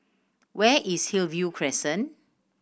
where is Hillview Crescent